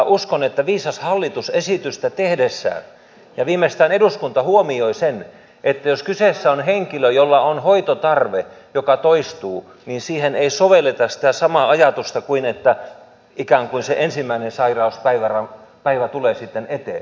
uskon että viisas hallitus esitystä tehdessään ja viimeistään eduskunta huomioi sen että jos kyseessä on henkilö jolla on hoitotarve joka toistuu niin siihen ei sovelleta sitä samaa ajatusta kuin että ikään kuin se ensimmäinen sairauspäivä tulee sitten eteen